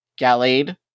gallade